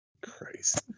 christ